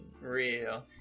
real